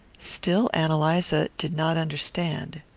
still ann eliza did not understand.